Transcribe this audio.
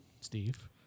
Steve